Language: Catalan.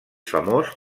famós